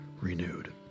Renewed